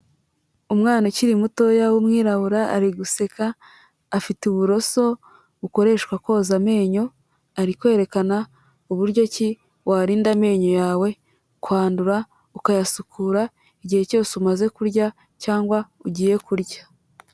Umwana ukiri mutoya w'umwirabura ari guseka, afite uburoso bukoreshwa koza amenyo, ari kwerekana uburyo ki warinda amenyo yawe kwandura, ukayasukura igihe cyose umaze kurya cyangwa ugiye kurya.